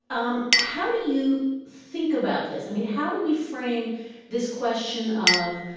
um how do you think about this? i mean, how do we frame this question of.